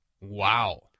Wow